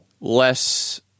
less